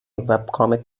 webcomic